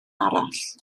arall